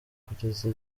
kugeza